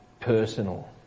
personal